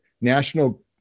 national